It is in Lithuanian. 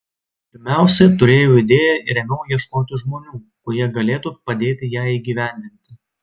pirmiausia turėjau idėją ir ėmiau ieškoti žmonių kurie galėtų padėti ją įgyvendinti